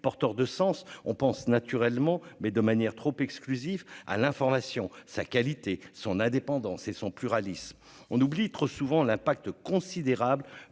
porteur de sens, on pense naturellement mais de manière trop exclusif à l'information, sa qualité, son indépendance et son pluralisme, on oublie trop souvent l'impact considérable